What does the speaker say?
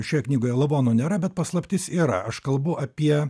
šioj knygoje lavono nėra bet paslaptis yra aš kalbu apie